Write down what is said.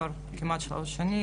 הרב יצחק לוי,